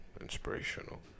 inspirational